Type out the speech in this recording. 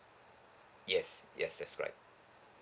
yes yes yes correct